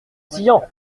tian